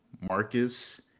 Marcus